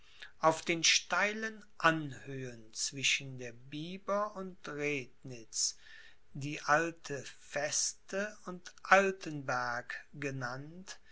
auf den steilen anhöhen zwischen der biber und rednitz die alte feste und altenberg genannt